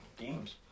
games